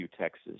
Texas